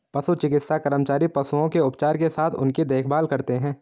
पशु चिकित्सा कर्मचारी पशुओं के उपचार के साथ उनकी देखभाल करते हैं